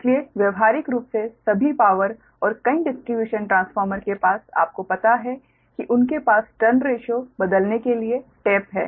इसलिए व्यावहारिक रूप से सभी पावर और कई डिस्ट्रीब्यूशन ट्रांसफ़ॉर्मर के पास आपको पता है कि उनके पास टर्न रेशिओ बदलने के लिए टेप हैं